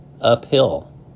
uphill